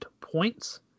points